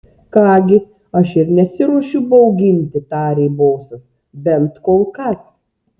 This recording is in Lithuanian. ką gi aš ir nesiruošiu bauginti tarė bosas bent kol kas